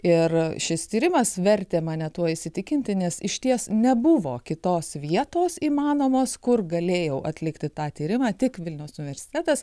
ir šis tyrimas vertė mane tuo įsitikinti nes išties nebuvo kitos vietos įmanomos kur galėjau atlikti tą tyrimą tik vilniaus universitetas